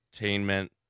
Entertainment